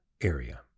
area